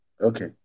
Okay